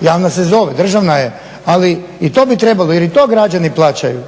javna se zove, državna je. Ali i to bi trebalo jer i to građani plaćaju